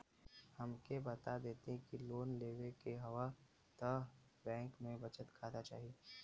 हमके बता देती की लोन लेवे के हव त बैंक में बचत खाता चाही?